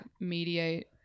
mediate